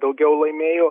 daugiau laimėjo